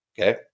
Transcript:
Okay